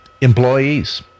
employees